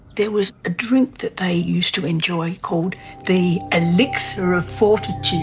there was a drink that they used to enjoy called the elixir of fortitude.